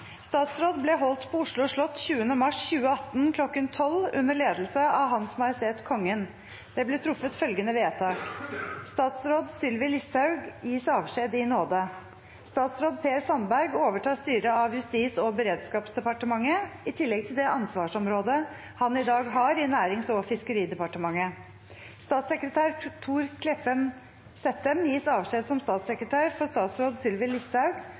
Statsråd ble holdt på Oslo slott 20. mars 2018 kl. 1200 under ledelse av Hans Majestet Kongen. Det ble truffet følgende vedtak: Statsråd Sylvi Listhaug gis avskjed i nåde. Statsråd Per Sandberg overtar styret av Justis- og beredskapsdepartementet, i tillegg til det ansvarsområdet han i dag har i Nærings- og fiskeridepartementet. Statssekretær Thor Kleppen Sættem gis avskjed som statssekretær for statsråd Sylvi Listhaug